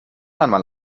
einmal